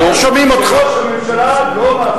שמעתי שראש הממשלה לא מאפשר לבנות.